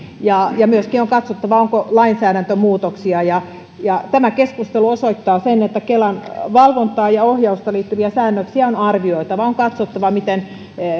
myöskin on katsottava onko tarpeen tehdä lainsäädäntömuutoksia tämä keskustelu osoittaa sen että kelan valvontaan ja ohjaukseen liittyviä säännöksiä on arvioitava on katsottava miten